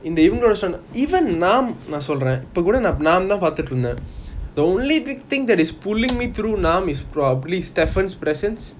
இந்த இவங்களோட:intha ivangaloda standard even நாம் நான் சொல்றன் இப்போ கூட நாம் தான் பாத்துட்டு இருந்தான்:naam naan solran ipo kuda naam thaan paathutu irunthan the only big thing that is pulling me through நாம்:naam is probably stephen's presence